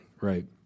Right